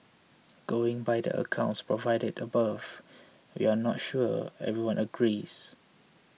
going by the accounts provided above we're not sure everyone agrees